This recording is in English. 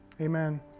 Amen